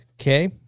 Okay